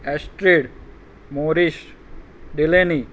Astrid Morrish ડીલેની